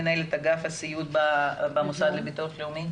מנהלת אגף הסיעוד בביטוח לאומי.